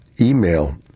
email